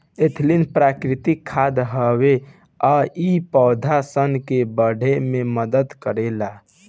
ethylene प्राकृतिक खाद हवे आ इ पौधा सन के बढ़े में मदद करेला